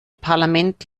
parlament